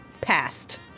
passed